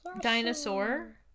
dinosaur